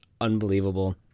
unbelievable